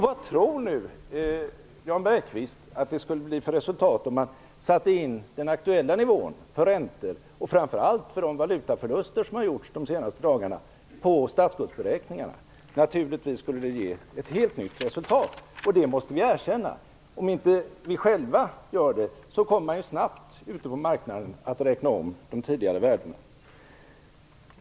Vad tror nu Jan Bergqvist att det skulle bli för resultat om man tog med den aktuella nivån för räntor, och framför allt för de valutaförluster som har gjorts de senaste dagarna, i statsskuldsberäkningarna? Naturligtvis skulle det ge ett helt nytt resultat, och det måste vi erkänna. Om inte vi själva gör det, kommer man snabbt ute på marknaden att räkna om de tidigare värdena.